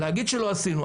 להגיד שלא עשינו?